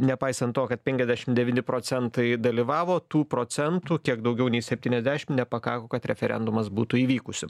nepaisant to kad penkiasdešim devyni procentai dalyvavo tų procentų kiek daugiau nei septyniasdešim nepakako kad referendumas būtų įvykusiu